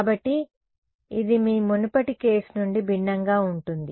కాబట్టి ఇది మీ మునుపటి కేసు నుండి భిన్నంగా ఉంటుంది